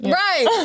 right